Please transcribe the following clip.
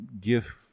give